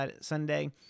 sunday